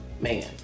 man